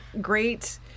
great